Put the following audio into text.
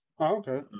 Okay